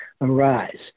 arise